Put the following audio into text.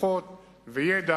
כוחות וידע,